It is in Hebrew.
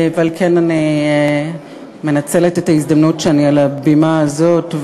על כן אני מנצלת את ההזדמנות שאני על הבימה הזאת,